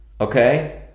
okay